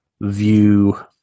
view